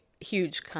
huge